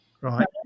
Right